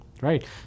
Right